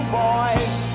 boys